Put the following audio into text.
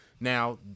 Now